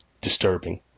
disturbing